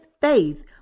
faith